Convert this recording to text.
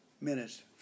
minutes